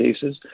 cases